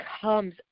comes